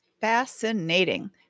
Fascinating